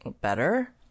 better